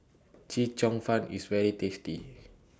Chee Cheong Fun IS very tasty